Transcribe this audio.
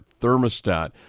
thermostat